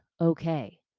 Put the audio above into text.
okay